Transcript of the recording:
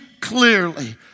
clearly